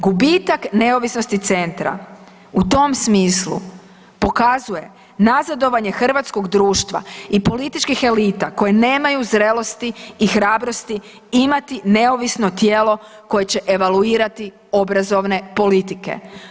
Gubitak neovisnosti centra u tom smislu pokazuje nazadovanje hrvatskog društva i političkih elita koje nemaju zrelosti i hrabrosti imati neovisno tijelo koje će evaluirati obrazovne politike.